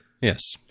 Yes